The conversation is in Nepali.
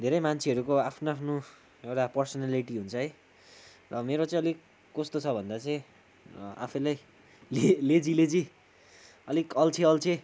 धेरै मान्छेहरूको आफ्नो आफ्नो एउटा पर्सनालिटी हुन्छ है र मेरो चाहिँ अलिक कस्तो छ भन्दा चाहिँ आफैलाई लेजी लेजी अलिक अल्छे अल्छे